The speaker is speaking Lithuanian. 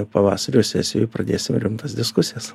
pavasario sesijoj pradėsime rimtas diskusijas